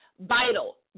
vital